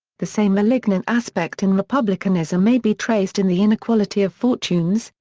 the same malignant aspect in republicanism may be traced in the inequality of fortunes,